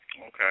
Okay